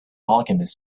alchemist